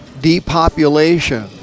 depopulation